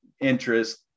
interest